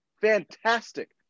Fantastic